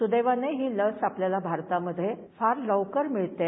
सुदैवान ही लस आपल्याला भारतामधे फार लवकर मिळतेय